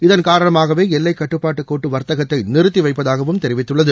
இதன் காரணமாகவே எல்லைக்கட்டுப்பாட்டு கோட்டு வா்த்தகத்தை நிறுத்தி வைப்பதாகவும் தெரிவித்துள்ளது